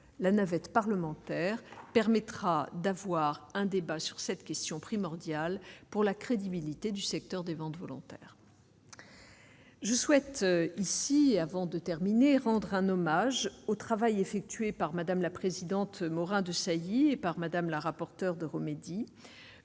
la navette parlementaire permettra d'avoir un débat sur cette question primordiale pour la crédibilité du secteur de vente volontaire je souhaite ici avant de terminer et rendre un hommage au travail effectué par Madame la Présidente Morin-Desailly et par Madame, la rapporteure de remédie